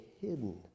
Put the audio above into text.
hidden